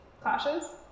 clashes